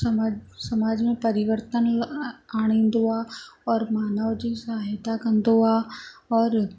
समाजु समाज में परिवर्तन आणींदो आहे और मानव जी सहायता कंदो आहे और